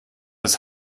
das